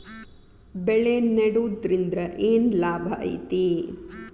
ಬೆಳೆ ನೆಡುದ್ರಿಂದ ಏನ್ ಲಾಭ ಐತಿ?